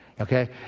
okay